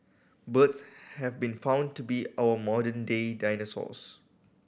birds have been found to be our modern day dinosaurs